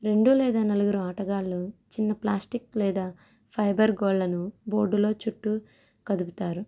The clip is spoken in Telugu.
రెండు లేదా నలుగురు ఆటగాళ్లు చిన్న ప్లాస్టిక్ లేదా ఫైబర్ గోళ్లను బోర్డులో చుట్టూ కదుపుతారు